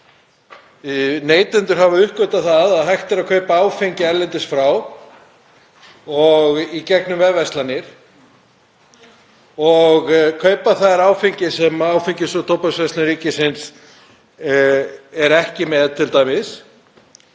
neytendur hafa uppgötvað að hægt er að kaupa áfengi frá útlöndum og í gegnum vefverslanir og kaupa þar áfengi sem Áfengis- og tóbaksverslun ríkisins er ekki með t.d.